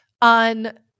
on